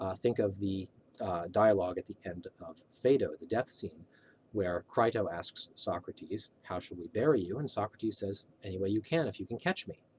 ah think of the dialogue at the end of phaedo, the death scene where crito asks socrates, how should we bury you? and socrates says, any way you can if you can catch me.